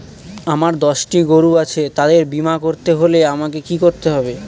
আমার দশটি গরু আছে তাদের বীমা করতে হলে আমাকে কি করতে হবে?